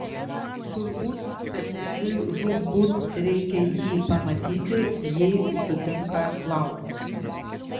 turbūt seneliui žūtbūt reikia jį pamatyti jei sutinka laukti